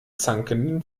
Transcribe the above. zankenden